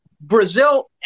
Brazil